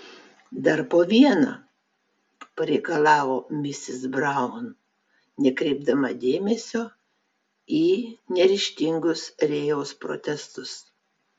dar po vieną pareikalavo misis braun nekreipdama dėmesio į neryžtingus rėjaus protestus